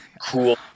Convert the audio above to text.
cool